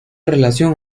relación